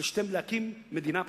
להקים מדינה פלסטינית.